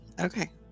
okay